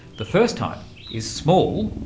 the first type is small,